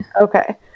okay